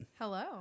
Hello